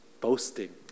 boasting